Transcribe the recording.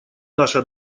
наша